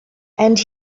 and